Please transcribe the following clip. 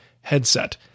headset